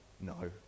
No